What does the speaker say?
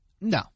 No